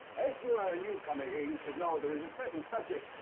as you are a newcomer here, you should know there is a certain subject,